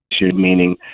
Meaning